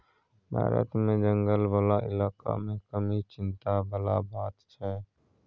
भारत मे जंगल बला इलाका मे कमी चिंता बला बात छै